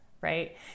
right